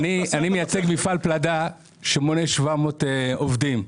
אני מייצג מפעל פלדה שמונה 700 עובדים,